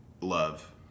love